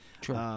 True